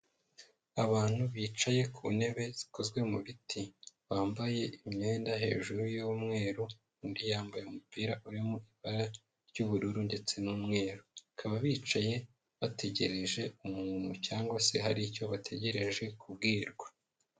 Abantu bicaye ku ntebe zikozwe mu biti bambaye imyenda hejuru y'umweru, undi yambaye umupira urimo ibara ry'ubururu ndetse n'umweru, bakaba bicaye bategereje umuntu cyangwa se hari icyo bategereje kubwirwa.